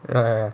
ya ya ya